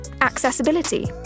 accessibility